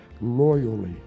loyally